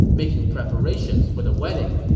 making preparations for the wedding.